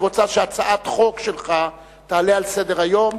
רוצה שהצעת חוק שלך תעלה על סדר-היום,